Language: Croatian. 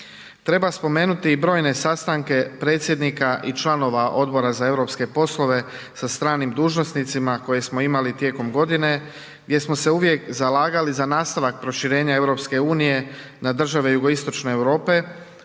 Treba spomenuti i brojne sastanke predsjednika i članova Odbora za europske poslove sa stranim dužnosnicima koje smo imali tijekom godine gdje smo se uvijek zalagali za nastavak proširenja EU na države jugoistočne Europe